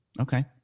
Okay